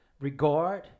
regard